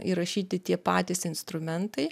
įrašyti tie patys instrumentai